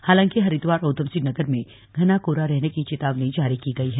हालांकि हरिद्वार और ऊधमसिंह नगर में घना कोहरा रहने की चेतावनी जारी की गई है